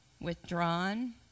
withdrawn